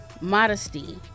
modesty